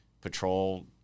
patrol